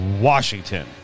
Washington